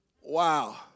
Wow